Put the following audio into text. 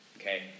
okay